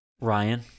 Ryan